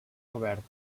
obert